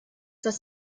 das